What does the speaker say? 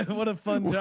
whole lot of fun.